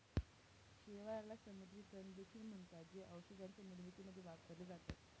शेवाळाला समुद्री तण देखील म्हणतात, जे औषधांच्या निर्मितीमध्ये वापरले जातात